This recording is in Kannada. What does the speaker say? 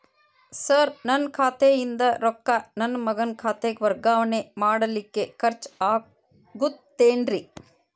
ಸರ್ ನನ್ನ ಖಾತೆಯಿಂದ ರೊಕ್ಕ ನನ್ನ ಮಗನ ಖಾತೆಗೆ ವರ್ಗಾವಣೆ ಮಾಡಲಿಕ್ಕೆ ಖರ್ಚ್ ಆಗುತ್ತೇನ್ರಿ?